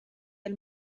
del